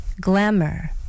glamour